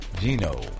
Gino